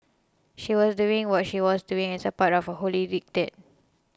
she was doing what she was doing as a part of a holy diktat